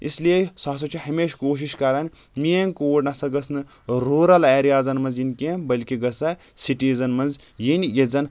اس لیے سُہ ہسا چھُ ہمیشہِ کوٗشِش کران میٲنۍ کوٗر نسا گژھنہٕ روٗرَل ایریا زن منٛز یِنۍ کینٛہہ بلکہِ گژھ سٹیٖزن منٛز یِنۍ یتہِ زن